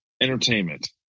entertainment